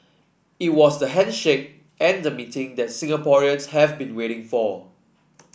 it was the handshake and the meeting that Singaporeans have been waiting for